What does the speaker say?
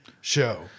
show